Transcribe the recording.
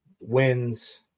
wins